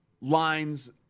lines